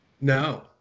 No